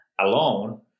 alone